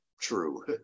true